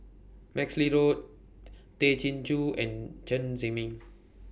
MaxLe Blond Tay Chin Joo and Chen Zhiming